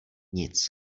nic